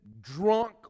drunk